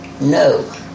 No